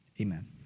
Amen